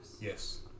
Yes